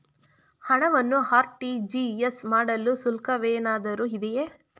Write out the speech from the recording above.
ಹಣವನ್ನು ಆರ್.ಟಿ.ಜಿ.ಎಸ್ ಮಾಡಲು ಶುಲ್ಕವೇನಾದರೂ ಇದೆಯೇ?